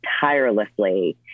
tirelessly